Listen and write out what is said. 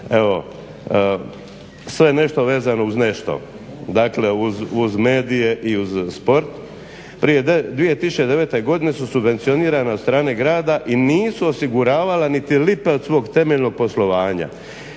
sve vezano uz nešto, dakle uz medije i uz sport. Prije 2009.su subvencionirane od strane grada i nisu osiguravala niti lipe od svog temeljnog poslovanja.